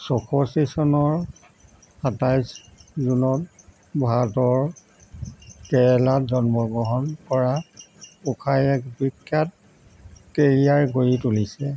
চৌষষ্ঠি চনৰ সাতাইছ জুনত ভাৰতৰ কেৰেলাত জন্মগ্ৰহণ কৰা উষাই এক বিখ্যাত কেৰিয়াৰ গঢ়ি তুলিছিলে